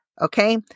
Okay